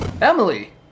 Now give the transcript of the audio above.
Emily